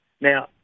Now